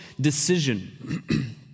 decision